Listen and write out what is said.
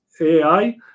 AI